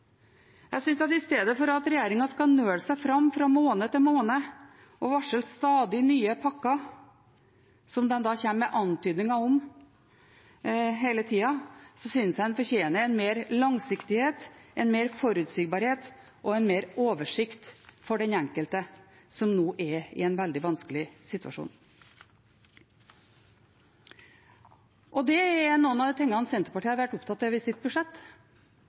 Jeg synes at i stedet for at regjeringen skal nøle seg fram fra måned til måned og varsle stadig nye pakker, som de kommer med antydninger om hele tida, fortjener man mer langsiktighet, mer forutsigbarhet og mer oversikt for den enkelte som nå er i en veldig vanskelig situasjon. Det er noe av det Senterpartiet har vært opptatt av i sitt budsjett